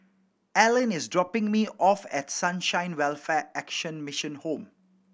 Arlyn is dropping me off at Sunshine Welfare Action Mission Home